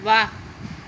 वाह